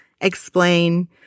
explain